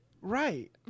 Right